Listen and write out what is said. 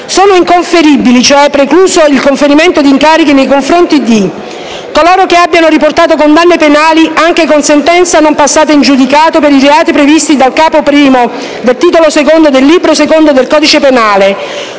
Sono inconferibili, cioè è precluso il conferimento di incarichi, nei confronti di coloro che abbiano riportato condanne penali anche con sentenza non passata in giudicato per i reati previsti dal Capo I del Titolo II del Libro secondo del codice penale;